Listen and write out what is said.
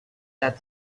that